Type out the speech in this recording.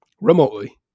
remotely